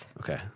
Okay